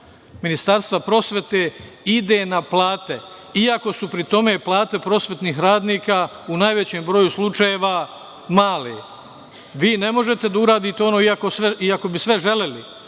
Ministarstva prosvete ide na plate, iako su pri tome plate prosvetnih radnika u najvećem broju slučajeva male. Vi ne možete da uradite ono, iako bi sve želeli.